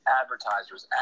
advertisers